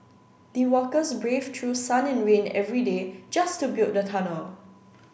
the workers braved through sun and rain every day just to build the tunnel